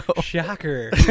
Shocker